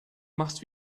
machst